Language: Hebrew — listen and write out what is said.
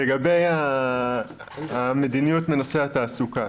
לגבי המדיניות בנושא התעסוקה.